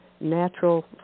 natural